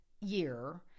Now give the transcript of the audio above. year